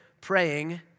praying